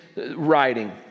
writing